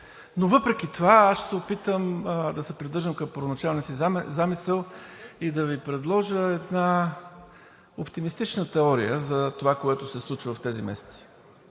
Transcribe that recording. Въпреки това аз ще се опитам да се придържам към първоначалния си замисъл и да Ви предложа една оптимистична теория за това, което се случи в тези месеци.